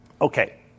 Okay